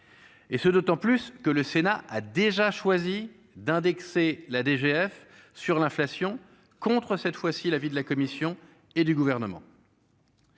et ce d'autant plus que le Sénat a déjà choisi d'indexer la DGF sur l'inflation, contre cette fois-ci l'avis de la Commission et du gouvernement.